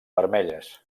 vermelles